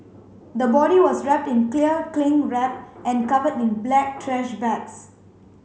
the body was wrapped in clear cling wrap and covered in black trash bags